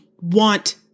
want